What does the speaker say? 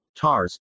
TARS